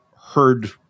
heard